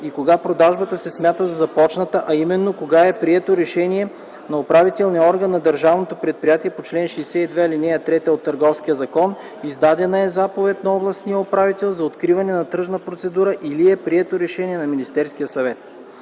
и кога продажбата се смята за започната, а именно когато е прието решение на управителния орган на държавното предприятие по чл. 62, ал. 3 от Търговския закон, издадена е заповед на областния управител за откриване на тръжна процедура или е прието решение на Министерския съвет.